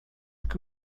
que